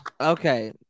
Okay